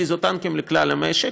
איזוטנקים לכלל המשק.